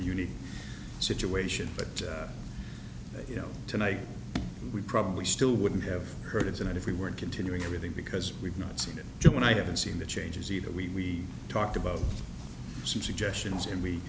unique situation but you know tonight we probably still wouldn't have heard it if we weren't continuing everything because we've not seen it when i haven't seen the changes either we talked about some suggestions and we